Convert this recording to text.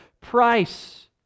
price